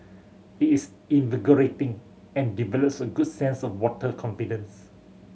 it is invigorating and develops a good sense of water confidence